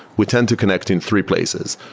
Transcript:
we tend to connect in three places.